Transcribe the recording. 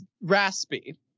Raspy